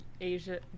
Asia